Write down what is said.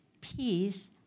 peace